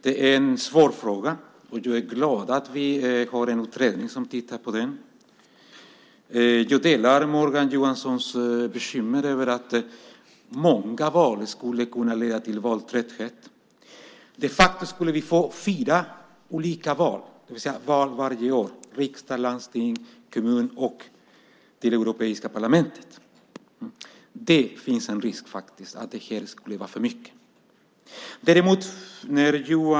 Det är en svår fråga, och jag är glad att vi har en utredning som tittar på den. Jag delar Morgan Johanssons bekymmer över att många val skulle kunna leda till valtrötthet. Vi skulle de facto få fyra olika val, det vill säga val varje år: till riksdag, landsting, kommun och Europaparlament. Det finns faktiskt en risk för att det skulle vara för mycket.